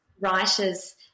writers